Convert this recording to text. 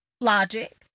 logic